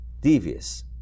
devious